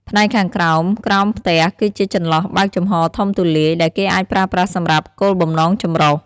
ផ្នែកខាងក្រោម ក្រោមផ្ទះ គឺជា ចន្លោះបើកចំហរធំទូលាយ ដែលគេអាចប្រើប្រាស់សម្រាប់គោលបំណងចម្រុះ ។